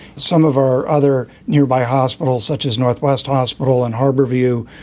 some of our other nearby hospitals, such as northwest hospital and harborview,